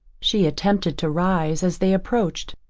she attempted to rise as they approached,